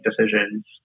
decisions